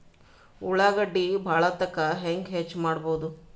ಉಳ್ಳಾಗಡ್ಡಿ ಬಾಳಥಕಾ ಹೆಂಗ ಹೆಚ್ಚು ಮಾಡಬಹುದು?